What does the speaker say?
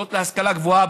במוסדות להשכלה גבוהה,